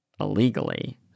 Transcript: illegally